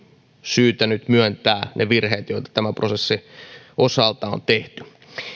syytä myöntää ne virheet joita tämän prosessin osalta on tehty